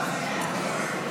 51,